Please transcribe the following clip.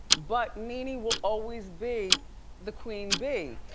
but nene will always be the queen bee.